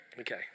Okay